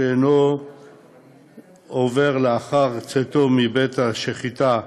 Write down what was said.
שאינו עובר לאחר צאתו מבית-השחיטה,